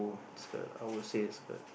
skirt I would it's skirt